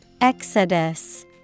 Exodus